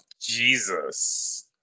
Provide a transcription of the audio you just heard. Jesus